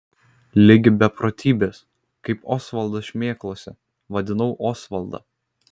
ligi beprotybės kaip osvaldas šmėklose vaidinau osvaldą